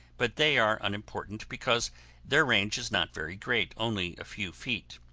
but they are unimportant because their range is not very great, only a few feet.